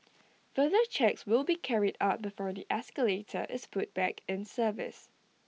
further checks will be carried out before the escalator is put back in service